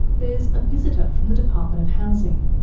there's a visitor from the department of housing.